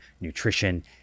nutrition